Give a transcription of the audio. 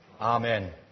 Amen